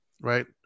right